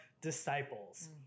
disciples